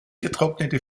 getrocknete